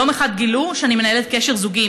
יום אחד גילו שאני מנהלת קשר זוגי עם